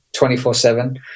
24-7